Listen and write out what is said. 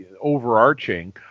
overarching